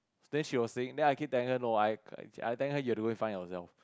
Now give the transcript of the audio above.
then she was saying then I keep telling her no I I tell her you have to go and find yourself